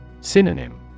Synonym